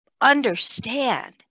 understand